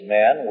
men